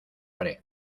haré